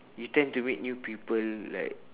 you tend to meet new people like